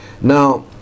Now